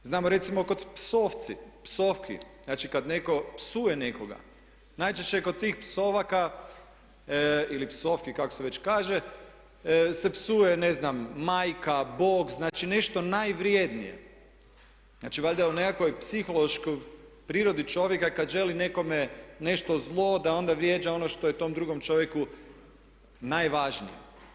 Znamo recimo kod psovki, znači kad netko psuje nekoga, najčešće kod tih psovaka ili psovki kako se već kaže se psuje ne znam majka, Bog, znači nešto najvrijednije, znači valjda u nekakvoj psihološkoj prirodi čovjeka kad želi nekome nešto zlo da onda vrijeđa ono što je tom drugom čovjeku najvažnije.